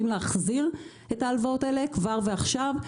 להחזיר את ההלוואות האלה כבר ועכשיו.